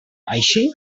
així